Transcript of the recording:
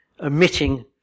omitting